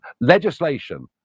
legislation